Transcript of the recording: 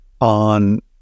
on